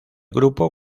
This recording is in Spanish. grupo